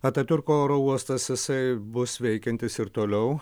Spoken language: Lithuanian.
atatiurko oro uostas jisai bus veikiantis ir toliau